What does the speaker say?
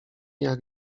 jak